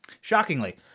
Shockingly